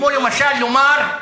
כמו למשל לומר,